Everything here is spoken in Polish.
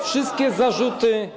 Wszystkie zarzuty.